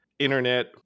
internet